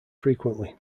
frequently